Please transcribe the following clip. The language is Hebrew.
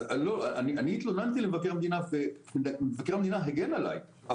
אני התלוננתי למבקר המדינה ומבקר המדינה הגן עליי.